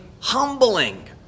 humbling